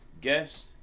guest